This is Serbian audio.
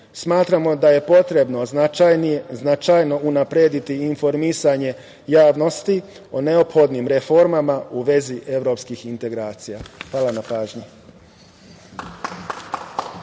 da je potrebno značajno unaprediti informisanje javnosti o neophodnim reformama u vezi evropskih integracija. Hvala na pažnji.